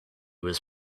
was